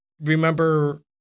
remember